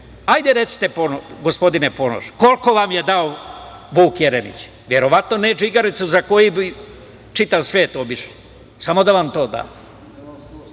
Hajde recite, gospodine Ponoš, koliko vam je dao Vuk Jeremić? Verovatno ne džigericu za koju bi čitav svet obišli, samo da vam to